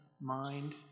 mind